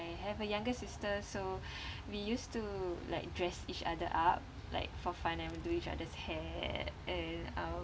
I have a younger sister so we used to like dress each other up like for fun and we do each other's hair and um